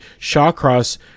Shawcross